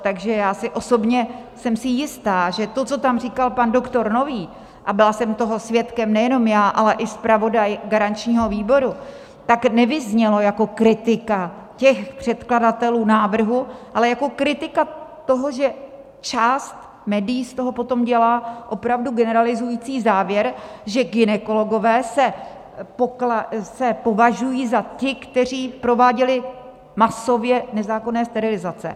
Takže já osobně jsem si jistá, že to, co tam říkal pan doktor Nový, a byla jsem toho svědkem nejenom já, ale i zpravodaj garančního výboru, tak nevyznělo jako kritika předkladatelů návrhu, ale jako kritika toho, že část médií z toho potom dělá opravdu generalizující závěr, že gynekologové se považují za ty, kteří prováděli masově nezákonné sterilizace.